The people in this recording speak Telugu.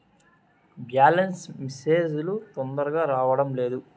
బ్యాలెన్స్ మెసేజ్ లు తొందరగా రావడం లేదు?